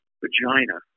vagina